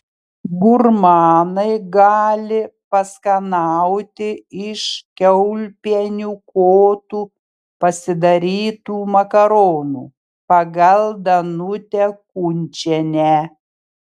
gurmanai gali paskanauti iš kiaulpienių kotų pasidarytų makaronų pagal danutę kunčienę